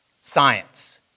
Science